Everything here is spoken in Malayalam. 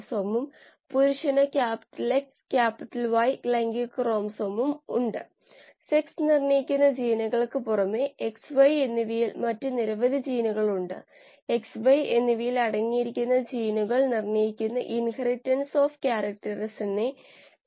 പെരുവിരൽ നിയമങ്ങളുടെ മൂല്യങ്ങൾ അറിയപ്പെടുന്നതിനാലാണ് ഈ രീതിയുടെ ശക്തി വരുന്നതെന്ന് ഞാൻ പറഞ്ഞു